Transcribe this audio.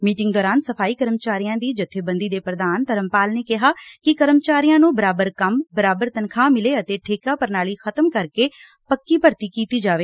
meeting ਦੌਰਾਨ ਸਫ਼ਾਈ ਕਰਮਚਾਰੀਆਂ ਦੀ ਜਬੇਬੰਦੀ ਦੇ ਪੁਧਾਨ ਧਰਮਪਾਲ ਨੇ ਕਿਹਾ ਕਿ ਕਰਮਚਾਰੀਆਂ ਨੂੰ ਬਰਾਬਰ ਕੰਮ ਬਰਾਬਰ ਤਨਖ਼ਾਹ ਮਿਲੇ ਅਤੇ ਠੇਕਾ ਪੁਣਾਲੀ ਖ਼ਤਮ ਕਰ ਕੇ ਪੱਕੀ ਭਰਤੀ ਕੀਤੀ ਜਾਵੇ